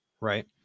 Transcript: right